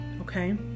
okay